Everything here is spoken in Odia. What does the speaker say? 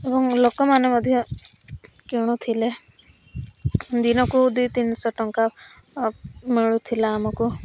ଏବଂ ଲୋକମାନେ ମଧ୍ୟ କିଣୁଥିଲେ ଦିନକୁ ଦୁଇ ତିନିଶହ ଟଙ୍କା ମିଳୁଥିଲା ଆମକୁ